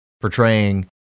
portraying